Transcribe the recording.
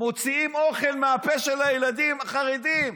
מוציאים אוכל מהפה של הילדים החרדים.